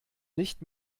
nicht